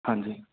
ਹਾਂਜੀ